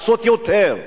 לעשות יותר.